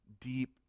deep